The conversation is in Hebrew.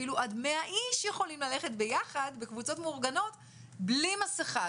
אפילו עד 100 איש יכולים ללכת ביחד בקבוצות מאורגנות בלי מסכה,